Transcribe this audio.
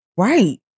Right